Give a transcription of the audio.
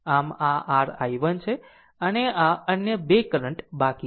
આમ આ r i1 છે અને અન્ય 2 કરંટ બાકી છે